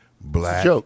black